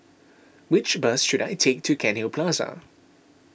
which bus should I take to Cairnhill Plaza